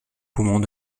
poumons